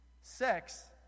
Sex